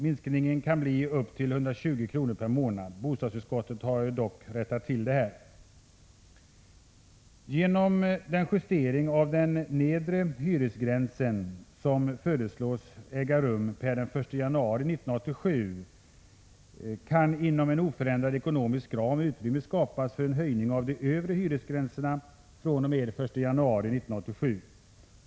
Minskningen hade kunnat bli upp till 120 kr. per månad. Bostadsutskottet har dock rättat till detta. Genom den justering av den nedre hyresgränsen som föreslås äga rum den 1 januari 1987 kan, inom en oförändrad ekonomisk ram, utrymme skapas för en höjning av de övre hyresgränserna fr.o.m. den 1 januari 1987.